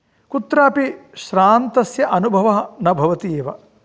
कुत्रापि श्रान्तस्य अनुभवः न भवति एव